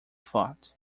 thought